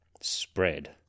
spread